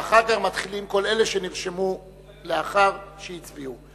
ואחר כך מתחילים כל אלה שנרשמו לאחר שהצביעו.